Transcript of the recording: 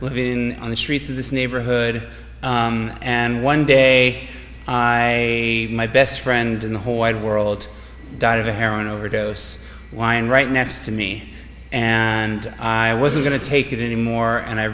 livin on the streets of this neighborhood and one day a my best friend in the whole wide world died of a heroin overdose wine right next to me and i wasn't going to take it anymore and i